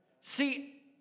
See